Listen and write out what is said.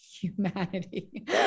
humanity